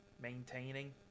maintaining